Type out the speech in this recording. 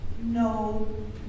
no